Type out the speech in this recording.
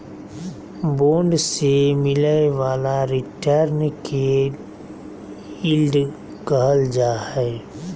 bond से मिलय वाला रिटर्न के यील्ड कहल जा हइ